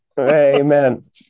Amen